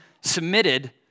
submitted